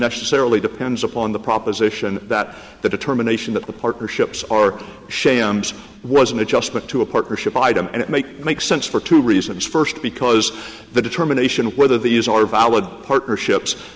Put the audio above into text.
necessarily depends upon the proposition that the determination that the partnerships are shams was an adjustment to a partnership item and it make makes sense for two reasons first because the determination of whether these are valid partnerships